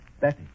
Betty